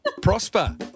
Prosper